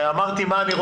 אמרתי מה אני רוצה.